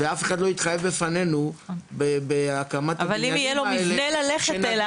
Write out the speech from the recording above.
ואף אחד לא התחייב בפנינו בהקמת הבניינים האלה